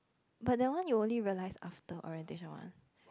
but that one you only realise after orientation what